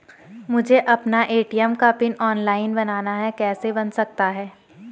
मुझे अपना ए.टी.एम का पिन ऑनलाइन बनाना है कैसे बन सकता है?